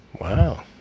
Wow